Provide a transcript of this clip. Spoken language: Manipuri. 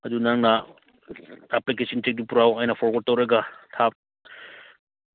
ꯑꯗꯨ ꯅꯪꯅ ꯑꯦꯄ꯭ꯂꯤꯀꯦꯁꯟ ꯁꯤꯠꯇꯤ ꯄꯨꯔꯛꯑꯣ ꯑꯩꯅ ꯐꯣꯔꯋꯥꯔꯠ ꯇꯧꯔꯒ